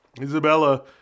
Isabella